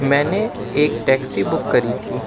میں نے ایک ٹیکسی بک کری تھی